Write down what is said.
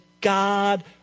God